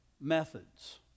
methods